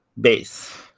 base